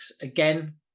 again